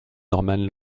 norman